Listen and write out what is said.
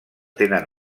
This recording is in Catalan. tenen